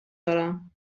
دارم